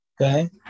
okay